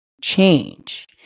change